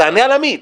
תענה על עמית.